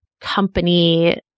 company